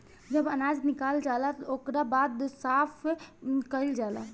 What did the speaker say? जब अनाज निकल जाला ओकरा बाद साफ़ कईल जाला